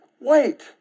wait